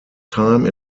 time